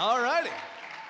all right